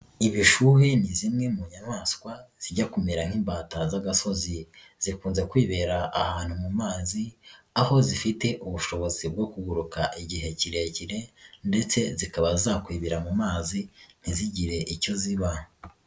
Ibishuhe ni zimwe mu nyamaswa zijya kumera nk'imbata z'agasozi, zikunze kwibera ahantu mu mazi, aho zifite ubushobozi bwo kuguruka igihe kirekire ndetse zikaba zakwibira mu mazi ntizigire icyo ziba.